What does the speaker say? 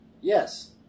Yes